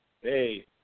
Hey